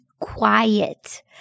quiet